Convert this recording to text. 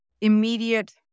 immediate